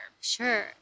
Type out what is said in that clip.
Sure